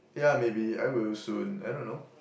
yeah maybe I will soon I don't know